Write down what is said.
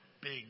big